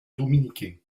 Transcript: dominicain